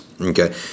okay